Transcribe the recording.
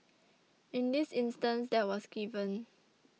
in this instance that was given